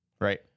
Right